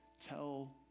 tell